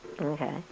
Okay